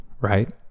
right